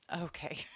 Okay